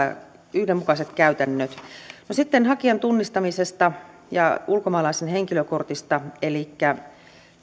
yhdenmukaiset käytännöt no sitten hakijan tunnistamisesta ja ulkomaalaisen henkilökortista elikkä